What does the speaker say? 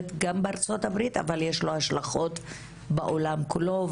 גם בארצות הברית אבל יש לו השלכות בעולם כולו,